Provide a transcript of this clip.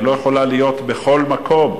היא לא יכולה להיות בכל מקום.